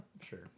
sure